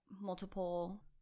multiple